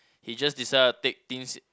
he just decided to take things in